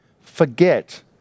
forget